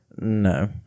No